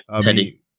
Teddy